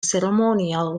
ceremonial